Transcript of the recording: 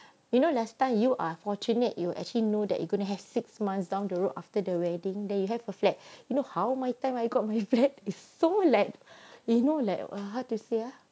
you know last time you are fortunate you actually know that you gonna have six months down the road after the wedding that you have a flat you know how my time I got my flat is so like you know like how to say ah